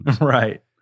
Right